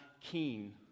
keen